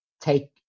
take